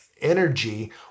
energy